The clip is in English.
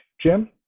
Jim